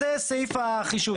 49כה. זה סעיף החישוב.